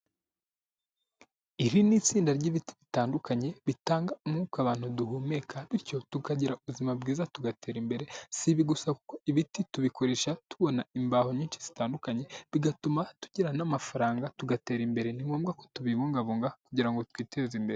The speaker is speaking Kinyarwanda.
Iri ni itsinda ry'ibiti bitandukanye bitanga umwuka abantu duhumeka bityo tukagira ubuzima bwiza tugatera imbere, si ibi gusa kuko ibiti tubikoresha tubona imbaho nyinshi zitandukanye, bigatuma tugira n'amafaranga tugatera imbere, ni ngombwa ko tubibungabunga kugira ngo twiteze imbere.